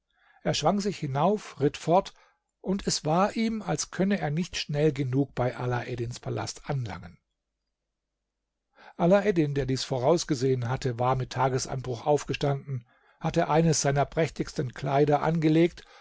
er schwang sich hinauf ritt fort und es war ihm als könne er nicht schnell genug bei alaeddins palast anlangen alaeddin der dies vorausgesehen hatte war mit tagesanbruch aufgestanden hatte eines seiner prächtigsten kleider angelegt